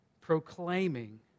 proclaiming